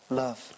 love